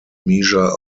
measure